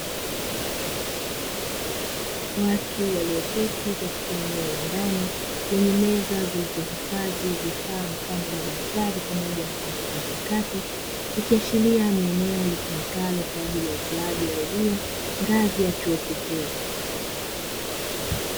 Watu walioketi katika eneo la ndani lenye meza zilizohifadhi vifaa mfano madaftari pamoja na kompyuta mpakato, ikiashiria ni eneo litumekalo kwaajili ya utoaji wa elimu ngazi ya chuo kikuu.